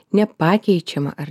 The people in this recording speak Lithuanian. nepakeičiama ar